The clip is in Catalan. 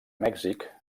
mèxic